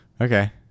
Okay